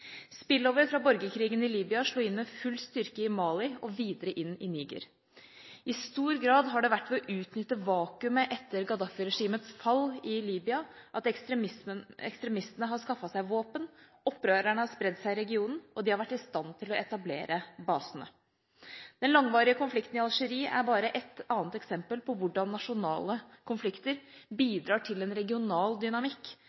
Spillover fra borgerkrigen i Libya slo inn med full styrke i Mali og videre inn i Niger. I stor grad har det vært ved å utnytte vakuumet etter Gaddafi-regimets fall i Libya at ekstremistene har skaffet seg våpen, opprørerne har spredt seg i regionen, og de har vært i stand til å etablere basene. Den langvarige konflikten i Algerie er bare ett annet eksempel på hvordan nasjonale konflikter